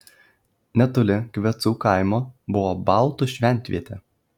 netoli kvecų kaimo buvo baltų šventvietė